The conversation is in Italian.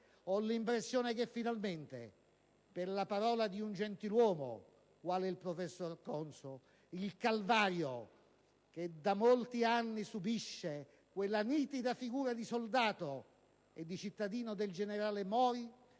ho l'impressione che finalmente, per la parola di un gentiluomo quale il professor Conso, il calvario che da molti anni subisce quella nitida figura di soldato e cittadino del generale Mori